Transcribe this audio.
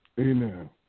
Amen